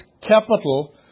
capital